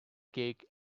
cake